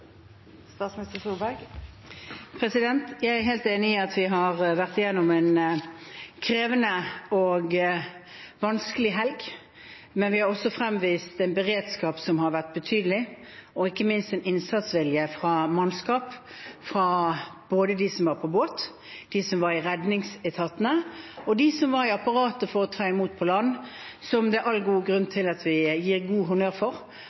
Jeg er helt enig i at vi har vært gjennom en krevende og vanskelig helg, men vi har også fremvist en beredskap som har vært betydelig, og ikke minst sett en innsatsvilje fra mannskap, både fra de som var på båt, de som var i redningsetatene, og de som var i apparatet for å ta imot på land. Det er all grunn til at vi gir dem honnør,